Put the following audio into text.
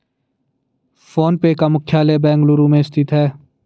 phone पे का मुख्यालय बेंगलुरु में स्थित है